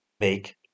make